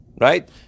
Right